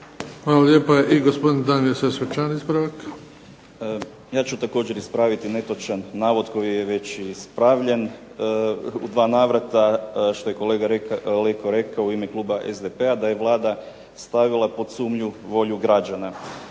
Hvala lijepa. I gospodin Damir Sesvečan, ispravak. **Sesvečan, Damir (HDZ)** Ja ću također ispraviti netočan navod koji je već ispravljen, u dva navrata, što je kolega Leko rekao u ime kluba SDP-a da je Vlada stavila pod sumnju volju građana.